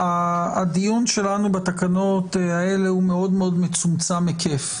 הדיון שלנו בתקנות האלה הוא מאוד מאוד מצומצם היקף.